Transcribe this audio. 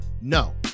No